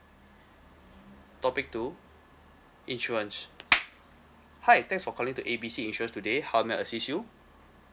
topic two insurance hi thanks for calling to A B C insurance today how may I assist you